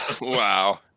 Wow